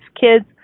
kids